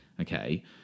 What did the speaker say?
okay